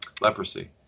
leprosy